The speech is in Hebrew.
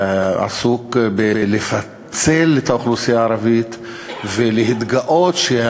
עסוק בלפצל את האוכלוסייה הערבית ולהתגאות.